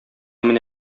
менә